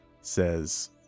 says